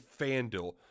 FanDuel